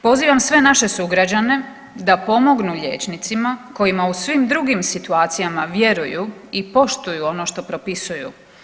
Pozivam sve naše sugrađane da pomognu liječnicima kojima u svim drugim situacijama vjeruju i poštuju ono što propisuju.